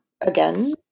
again